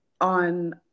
on